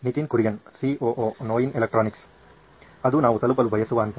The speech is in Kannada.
ನಿತಿನ್ ಕುರಿಯನ್ ಸಿಒಒ ನೋಯಿನ್ ಎಲೆಕ್ಟ್ರಾನಿಕ್ಸ್ ಅದು ನಾವು ತಲುಪಲು ಬಯಸುವ ಹಂತ